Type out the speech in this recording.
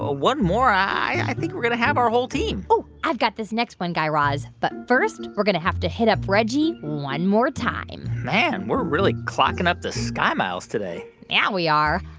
ah one more, i think we're going to have our whole team oh, i've got this next one, guy raz. but first, we're going to have to hit up reggie one more time man, we're really clocking up the sky miles today yeah, we are.